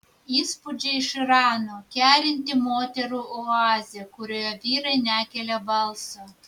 įspūdžiai iš irano kerinti moterų oazė kurioje vyrai nekelia balso